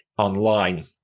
Online